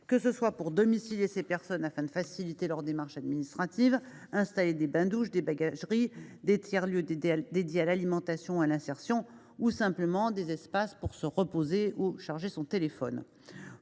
que ce soit pour domicilier ces personnes afin de faciliter leurs démarches administratives ou pour installer des bains douches, des bagageries, des tiers lieux dédiés à l’alimentation ou à l’insertion ou encore des espaces permettant de se reposer ou de charger son téléphone.